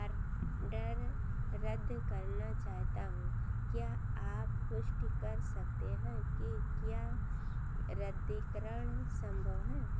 order रद्द करना चाहता हूँ क्या आप पुष्टि कर सकते हैं कि क्या रद्दीकरण संभव है